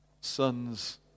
sons